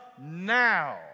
now